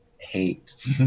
hate